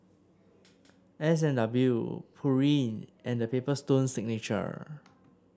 S and W Pureen and The Paper Stone Signature